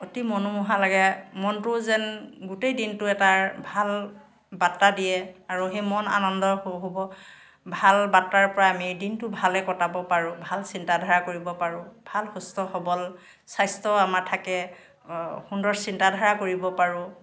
অতি মনোমোহা লাগে মনটোও যেন গোটেই দিনটো এটা ভাল বাৰ্তা দিয়ে আৰু সেই মন আনন্দৰ হ'ব ভাল বাৰ্তাৰ পৰা আমি দিনটো ভালে কটাব পাৰোঁ ভাল চিন্তাধাৰা কৰিব পাৰোঁ ভাল সুস্থ সবল স্বাস্থ্য আমাৰ থাকে সুন্দৰ চিন্তাধাৰা কৰিব পাৰোঁ